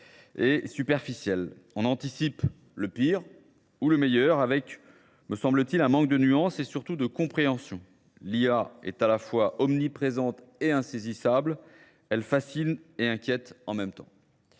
et superficielles. On anticipe le pire ou le meilleur avec, me semble-t-il, un manque de nuance et surtout de compréhension. L'IA est à la fois omniprésente et insaisissable. Elle fascine et inquiète en même temps.